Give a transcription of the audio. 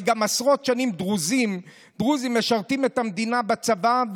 הרי גם עשרות שנים דרוזים משרתים את המדינה בצבא,